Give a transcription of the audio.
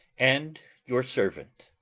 and your servant.